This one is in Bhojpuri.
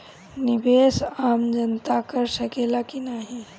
निवेस आम जनता कर सकेला की नाहीं?